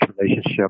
relationship